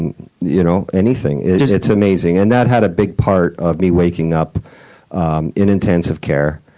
and you know anything. it's amazing, and that had a big part of me waking up um in intensive care.